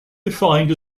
defined